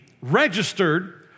registered